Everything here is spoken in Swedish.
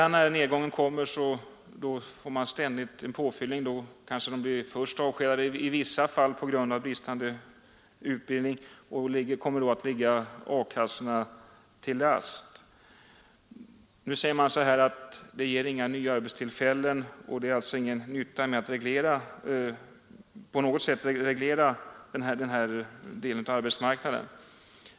När nedgången kommer blir de kanske först avskedade, i vissa fall på grund av bristande utbildning, och kommer då att ligga A-kassorna till last. Nu säger man att lagen inte ger några nya arbetstillfällen och att det alltså inte är någon nytta med att reglera den här delen av arbetsmarknaden.